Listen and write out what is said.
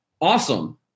awesome